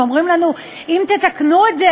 ואומרים לנו: אם תתקנו את זה,